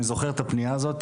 אני זוכר את הפנייה הזאת,